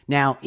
Now